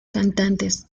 cantantes